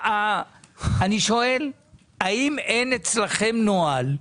אני שואל האם אין אצלכם נוהל,